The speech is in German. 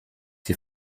die